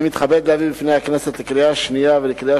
אני מתכבד להביא בפני הכנסת לקריאה שנייה ולקריאה